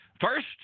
First